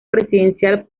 presidencial